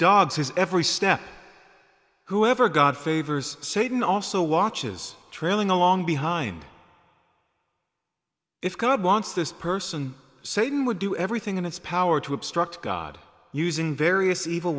dogs his every step whoever god favors satan also watches trailing along behind if god wants this person satan would do everything in its power to obstruct god using various evil